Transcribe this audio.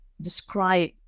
describe